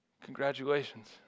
congratulations